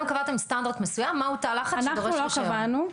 אנחנו לא קבענו.